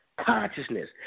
consciousness